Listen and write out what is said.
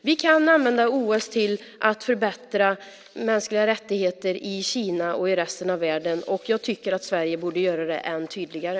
Vi kan använda OS till att förbättra mänskliga rättigheter i Kina och i resten av världen. Jag tycker att Sverige borde göra det än tydligare.